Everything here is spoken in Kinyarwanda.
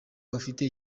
bafite